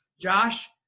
Josh